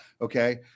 Okay